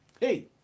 Hey